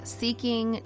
seeking